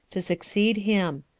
to succeed him.